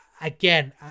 Again